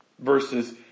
Versus